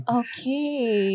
okay